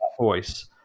voice